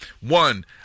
One